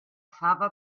fava